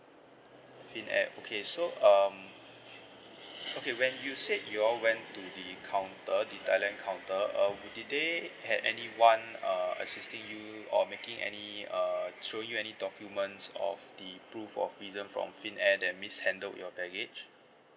finnair okay so um okay when you said you all when to the counter the thailand counter um did they had anyone uh assisting you or making any uh show you any documents of the proof of reason from finnair that mishandled your baggage